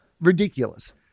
ridiculous